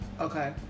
Okay